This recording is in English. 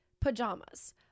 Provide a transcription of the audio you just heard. pajamas